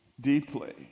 deeply